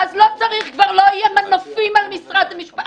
ואז לא צריך, כבר לא יהיו מנופים על משרד המשפטים.